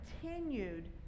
continued